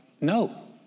no